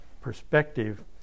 perspective